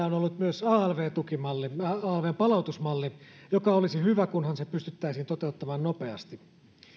on ollut myös alv palautusmalli joka olisi hyvä kunhan se pystyttäisiin toteuttamaan nopeasti